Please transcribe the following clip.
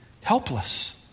helpless